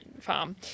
farm